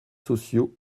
sociaux